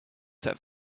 set